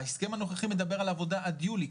ההסכם הנוכחי מדבר על עבודה עד יולי,